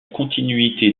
continuité